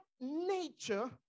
nature